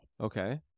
Okay